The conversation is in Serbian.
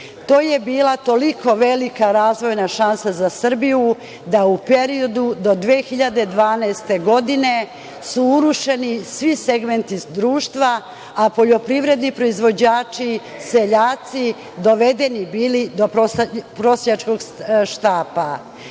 To je bila toliko velika razvojna šansa za Srbiju da su u periodu do 2012. godine urušeni svi segmenti društva, a poljoprivredni proizvođači, seljaci dovedeni su bili do prosjačkog